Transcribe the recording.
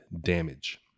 damage